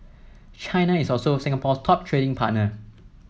China is also Singapore's top trading partner